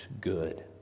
good